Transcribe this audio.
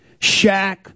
Shaq